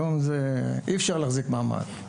היום אי אפשר להחזיק מעמד.